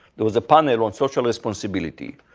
there was a panel on social responsibility,